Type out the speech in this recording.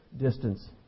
distance